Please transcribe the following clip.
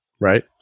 Right